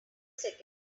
second